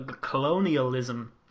colonialism